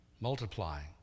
multiplying